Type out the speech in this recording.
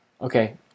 Okay